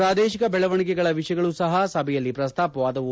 ಪ್ರಾದೇಶಿಕ ಬೆಳವಣಿಗೆಗಳ ವಿಷಯಗಳೂ ಸಹ ಸಭೆಯಲ್ಲಿ ಶ್ರಸ್ತಾಪವಾದವು